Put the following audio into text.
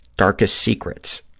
darkest secrets.